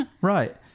right